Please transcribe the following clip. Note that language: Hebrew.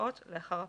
שעות לאחר הפיזור.